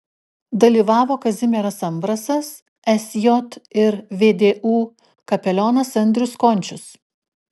dalyvavo kazimieras ambrasas sj ir vdu kapelionas andrius končius